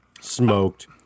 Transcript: smoked